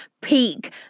peak